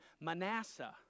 Manasseh